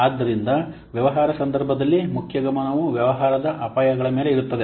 ಆದ್ದರಿಂದ ವ್ಯವಹಾರದ ಸಂದರ್ಭದಲ್ಲಿ ಮುಖ್ಯ ಗಮನವು ವ್ಯವಹಾರದ ಅಪಾಯಗಳ ಮೇಲೆ ಇರುತ್ತದೆ